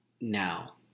Now